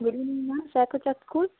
good morning ma'am sacred heart school